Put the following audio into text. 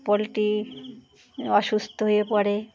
poultry অসুস্থ হয়ে পড়ে